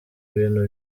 bintu